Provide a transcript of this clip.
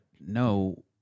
No